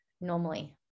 normally